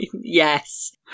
yes